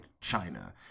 China